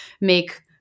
make